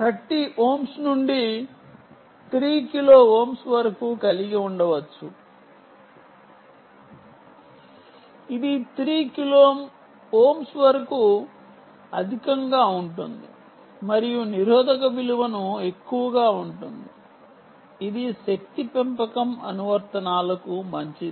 30 ohms నుండి 3 Kilo ohms వరకు కలిగి ఉండవచ్చు ఇది 3 Kilo ohms వరకు అధికంగా ఉంటుంది మరియు నిరోధక విలువను ఎక్కువగా ఉంటుంది ఇది శక్తి పెంపకం అనువర్తనాలకు మంచిది